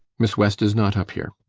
miss west is not up here.